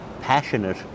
passionate